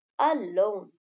alone